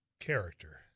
character